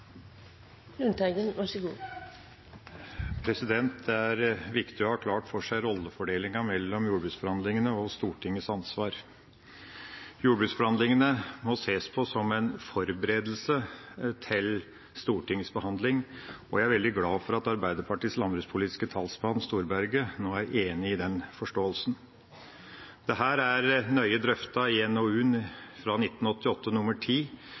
Det er viktig å ha klart for seg rollefordelinga mellom jordbruksforhandlingene og Stortingets ansvar. Jordbruksforhandlingene må ses på som en forberedelse til Stortingets behandling, og jeg er veldig glad for at Arbeiderpartiets landbrukspolitiske talsmann, Knut Storberget, nå er enig i den forståelsen. Dette er nøye drøftet i